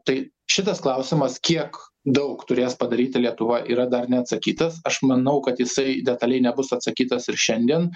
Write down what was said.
tai šitas klausimas kiek daug turės padaryti lietuva yra dar neatsakytas aš manau kad jisai detaliai nebus atsakytas ir šiandien